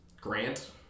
Grant